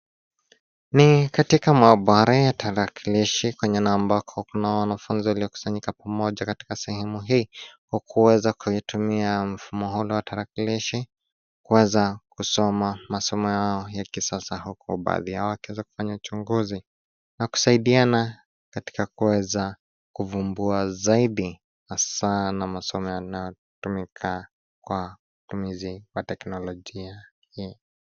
Ni katika maabara ya tarakilishi kwengine ambako kunao wanafunzi waliokusanyika pamoja katika sehemu hii kwa kuweza kuitumia mfumo ule wa tarakilishi kuweza kusoma masomo yao ya kisasa. Huku baadhi yao wakiweza kufanya uchunguzi na kusaidiana katika kuweza kuvumbua zaidi hasaa na masomo yanayotumika kwa utumizi wa teknolojia hii.